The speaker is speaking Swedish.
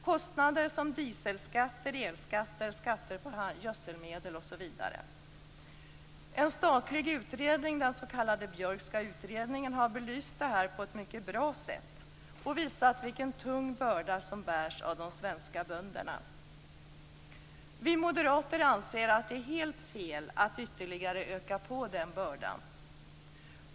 Kostnader som dieselskatter, elskatter, skatter på gödselmedel osv. En statlig utredning, den s.k. Björkska utredningen, har belyst detta på ett mycket bra sätt och visat vilken tung börda som bärs av de svenska bönderna. Vi moderater anser att det är helt fel att ytterligare öka den bördan.